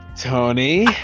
Tony